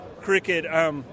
cricket